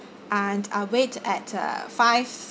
and I'll wait at uh five